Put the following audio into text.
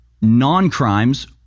non-crimes